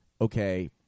okay –